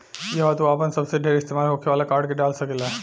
इहवा तू आपन सबसे ढेर इस्तेमाल होखे वाला कार्ड के डाल सकेल